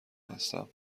هستم